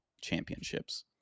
championships